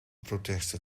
protesten